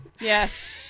yes